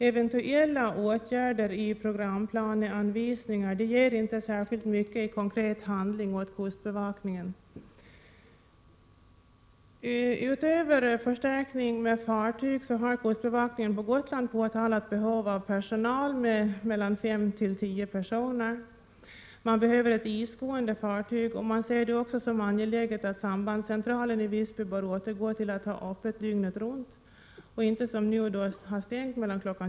Eventuella åtgärder i programplaneanvisningar ger inte särskilt mycket i konkret handling åt kustbevakningen. Utöver en förstärkning med fartyg har kustbevakningen på Gotland påtalat behov av personalförstärkning med mellan 5 och 10 personer, man behöver ett isgående fartyg, och man ser det också som angeläget att sambandscentralen i Visby återgår till att ha öppet dygnet runt och inte som nu ha stängt mellan kl.